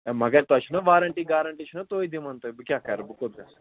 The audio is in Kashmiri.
مگر تۄہہِ چھُنا وارَنٹی گارَنٹی چھِنا تُہۍ دِوان تۄہہِ بہٕ کیٛاہ کَرٕ بہٕ کوٚت گژھٕ